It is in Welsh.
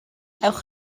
ewch